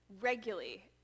regularly